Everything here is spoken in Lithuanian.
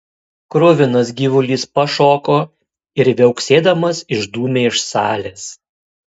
kruvinas gyvulys pašoko ir viauksėdamas išdūmė iš salės